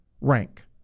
rank